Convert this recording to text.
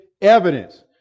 evidence